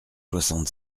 soixante